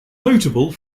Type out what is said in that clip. notable